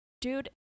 dude